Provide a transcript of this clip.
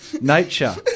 nature